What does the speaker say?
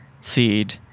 seed